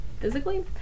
physically